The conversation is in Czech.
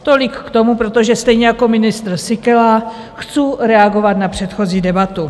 Tolik k tomu, protože stejně jako ministr Síkela chcu reagovat na předchozí debatu.